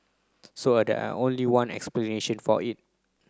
so only one explanation for it